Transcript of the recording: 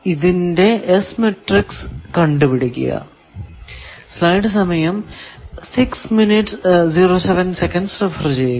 ഇതിന്റെ S matrix കണ്ടുപിടിക്കുക